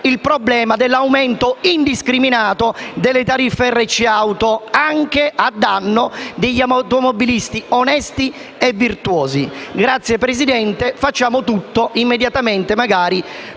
il problema dell'aumento indiscriminato delle tariffe RC auto, anche a danno degli automobilisti onesti e virtuosi. Grazie, signor Presidente, facciamo tutto immediatamente, magari